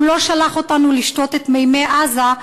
הוא לא שלח אותנו לשתות את מימי עזה,